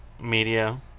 media